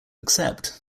accept